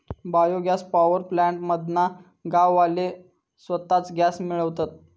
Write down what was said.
bio gas power plant मधना गाववाले स्वताच गॅस मिळवतत